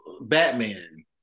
Batman